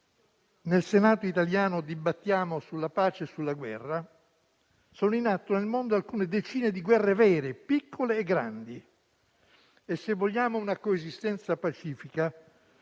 nel Senato italiano dibattiamo sulla pace e sulla guerra, sono in atto nel mondo alcune decine di guerre vere, piccole e grandi. Se vogliamo una coesistenza pacifica,